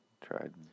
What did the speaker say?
tried